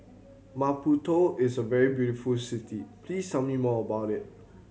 Maputo is a very beautiful city please tell me more about it